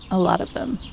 ah lot of them.